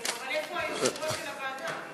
אבל איפה היושב-ראש של הוועדה?